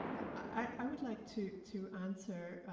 i would like to to answer.